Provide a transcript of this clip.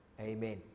Amen